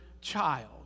child